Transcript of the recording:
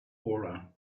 aura